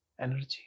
energy